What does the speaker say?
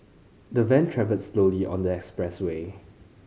the van travelled slowly on the expressway